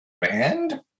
Band